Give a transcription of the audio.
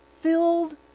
filled